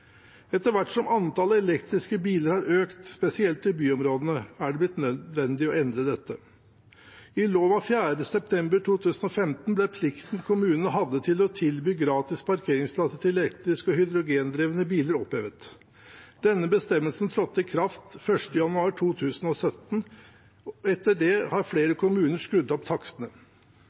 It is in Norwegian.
Etter hvert som antallet elektriske biler har økt, spesielt i byområdene, har det blitt nødvendig å endre dette. I lov 4. september 2015 ble plikten kommunen hadde til å tilby gratis parkeringsplasser til elektriske og hydrogendrevne biler, opphevet. Denne bestemmelsen trådte i kraft 1. januar 2017. Etter det har flere kommuner skrudd opp takstene.